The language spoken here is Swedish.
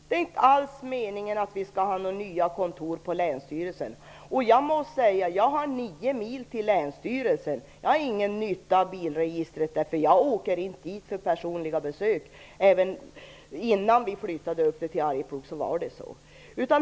Det är inte alls meningen att vi skall ha några nya kontor på länsstyrelsen. Jag har nio mil till länsstyrelsen, men jag hade ändå ingen nytta av Bilregistret när det låg där - jag åker inte dit för personliga besök.